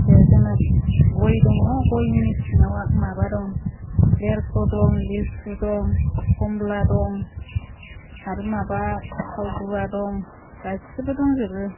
दे जोंना गय दङ गयनि सिङाव माबा दं लेरख' दं लिसु दं खमला दं आरो माबा सावगुवा दं गासैबो दंजोबो